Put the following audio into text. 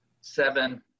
seven